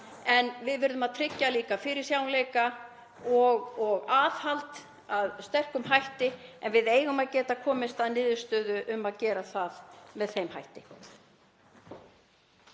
En við verðum að tryggja líka fyrirsjáanleika og aðhald með sterkum hætti. En við eigum að geta komist að niðurstöðu um að gera það með þeim hætti.